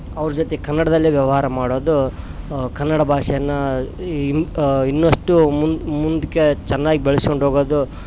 ಅವ್ರ ಜೊತೆ ಕನ್ನಡದಲ್ಲೇ ವ್ಯವಹಾರ ಮಾಡೋದು ಕನ್ನಡ ಭಾಷೆಯನ್ನ ಈ ಇನ್ನು ಇನ್ನಷ್ಟೂ ಮುಂದೆ ಮುಂದಕ್ಕೆ ಚೆನ್ನಾಗ್ ಬೆಳೆಸ್ಕೊಂಡು ಹೋಗೋದು